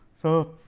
so,